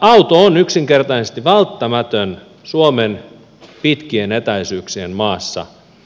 auto on yksinkertaisesti välttämätön suomen pitkien etäisyyksien maassa